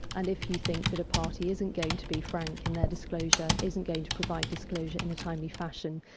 and if you think that a party isn't going to be frank in their disclosure, isn't going to provide disclosure in a timely fashion,